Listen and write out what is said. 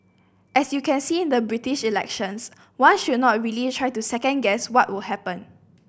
as you can see in the British elections one should not really try to second guess what will happen